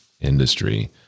industry